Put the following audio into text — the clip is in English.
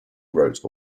wrote